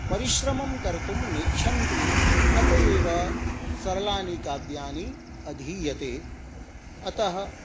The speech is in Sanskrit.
परिश्रमं कर्तुं नेच्छन्ति अत एव सरलानि काव्यानि अधीयते अतः